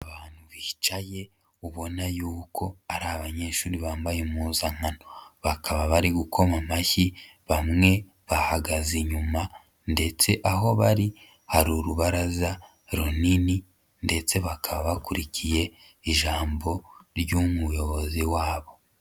Abantu bicaye ubona yuko ari abanyeshuri bambaye impuzankano, bakaba bari gukoma amashyi bamwe bahagaze inyuma ndetse aho bari hari urubaraza runini ndetse bakaba bakurikiye ijambo ry'umuyobozi wabo.